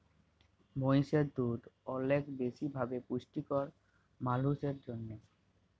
মহিষের দুহুদ অলেক বেশি ভাবে পুষ্টিকর মালুসের জ্যনহে